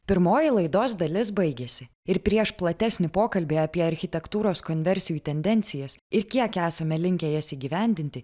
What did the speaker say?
pirmoji laidos dalis baigėsi ir prieš platesnį pokalbį apie architektūros konversijų tendencijas ir kiek esame linkę jas įgyvendinti